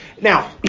Now